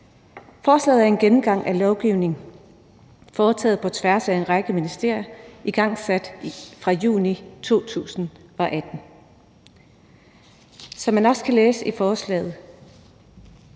baseret på en gennemgang af lovgivning foretaget på tværs af en række ministerier igangsat i juni 2018. Som man også kan læse i forslaget,